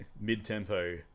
mid-tempo